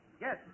Yes